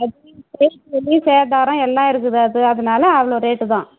செய்கூலி சேதாரம் எல்லாம் இருக்குது அது அதனால் அவ்வளோ ரேட்டு தான்